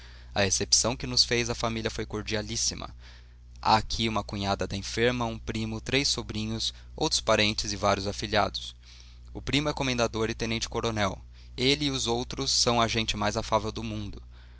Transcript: a recepção que nos fez a família foi cordialíssima há aqui uma cunhada da enferma um primo três sobrinhos outros parentes e vários afilhados o primo é comendador e tenente-coronel ele e os outros são a gente mais afável do mundo